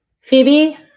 Phoebe